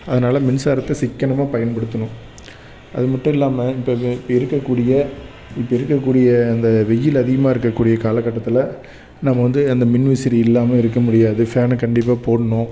அதனால் மின்சாரத்தை சிக்கனமாக பயன்படுத்தணும் அது மட்டும் இல்லாமல் இப்போ இருக்கக்கூடிய இப்போ இருக்கக்கூடிய அந்த வெயில் அதிகமாக இருக்கக்கூடிய காலகட்டத்தில் நம்ம வந்து அந்த மின்விசிறி இல்லாமல் இருக்க முடியாது ஃபேனு கண்டிப்பாக போடணும்